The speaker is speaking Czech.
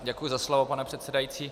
Děkuju za slovo, pane předsedající.